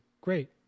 great